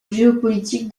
géopolitique